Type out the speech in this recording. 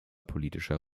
politischer